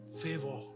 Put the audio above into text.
Favor